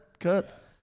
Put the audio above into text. Cut